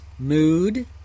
mood